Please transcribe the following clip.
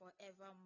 forevermore